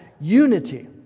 unity